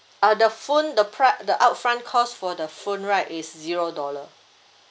uh the phone the pri~ the upfront cost for the phone right is zero dollar